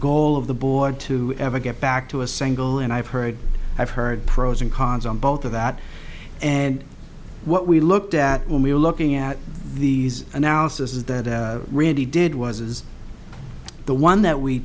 goal of the board to ever get back to a single and i've heard i've heard pros and cons on both of that and what we looked at when we were looking at these analysis is that really did was is the one that we